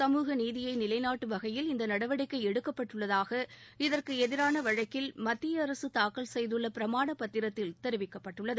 சமூக நீதியை நிலைநாட்டும் வகையில் இந்த நடவடிக்கை எடுக்கப்பட்டுள்ளதாக இதற்கு எதிரான வழக்கில் மத்திய அரசு தாக்கல் செய்துள்ள பிரமாண பத்திரத்தில் தெரிவிக்கப்பட்டுள்ளது